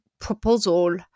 proposal